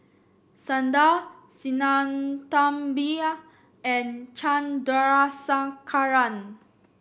Sundar Sinnathamby and Chandrasekaran